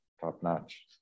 top-notch